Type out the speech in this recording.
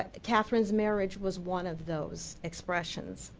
katherine's marriage was one of those expressions.